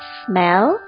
smell